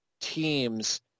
teams